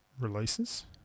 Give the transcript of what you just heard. releases